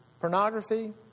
pornography